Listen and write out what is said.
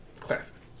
Classics